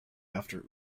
after